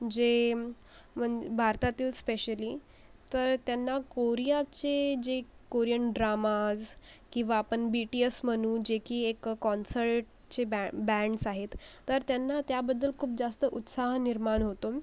जे म्हणजे भारतातील स्पेशली तर त्यांना कोरियाचे जे कोरियन ड्रामाज किंवा आपण बी टी एस म्हणू जे की एक कॉन्सर्टचे बॅ बँड्स आहेत तर त्यांना त्याबद्दल खूप जास्त उत्साह निर्माण होतो